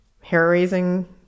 hair-raising